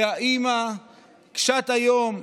שהאימא קשת-היום,